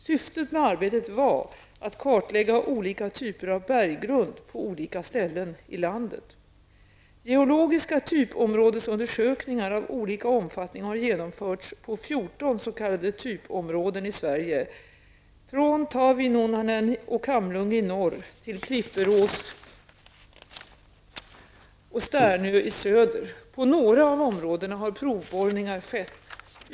Syftet med arbetet var att kartlägga olika typer av berggrund på olika ställen i landet. Geologiska typområdesundersökningar av olika omfattning har genomförts på 14 s.k. typområden i Sverige; från Taavinunnanen och Kamlunge i norr till Klipperås och Sternö i söder. På några av områdena har provborrningar skett.